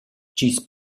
chi’s